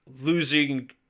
Losing